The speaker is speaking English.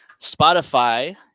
Spotify